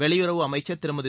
வெளியுறவு அமைச்ச் திருமதி